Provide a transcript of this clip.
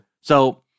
So-